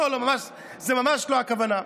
לא, לא, זו ממש לא הכוונה.